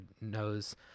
knows